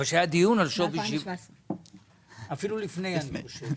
מ- 2017. אפילו לפני אני חושב,